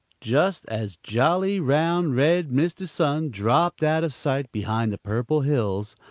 just as jolly, round, red mr. sun dropped out of sight behind the purple hills,